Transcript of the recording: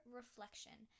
reflection